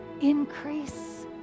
increase